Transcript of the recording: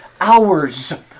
hours